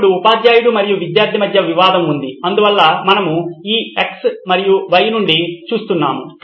ఇప్పుడు ఉపాధ్యాయుడు మరియు విద్యార్థి మధ్య వివాదం ఉంది అందువల్ల మనము ఈ x మరియు y నుండి చూస్తున్నాము